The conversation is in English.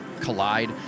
collide